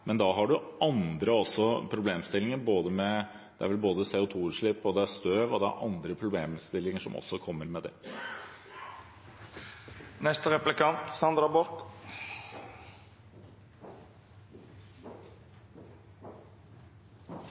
Men da har man også andre problemstillinger, både med CO 2 -utslipp og støv, og det er også andre problemstillinger som følger med det. I Dagsavisen kan vi med